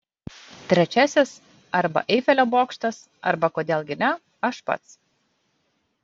trečiasis arba eifelio bokštas arba kodėl gi ne aš pats